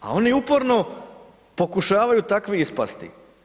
A oni uporno pokušavaju takvi ispasti.